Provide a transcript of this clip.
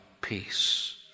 peace